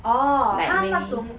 oh !huh! 那种